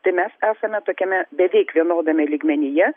tai mes esame tokiame beveik vienodame lygmenyje